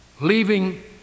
leaving